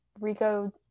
Rico